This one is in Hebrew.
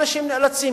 אנשים נאלצים,